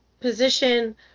position